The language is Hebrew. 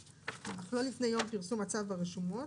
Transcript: אך לא לפני יום פרסום הצו ברשומות,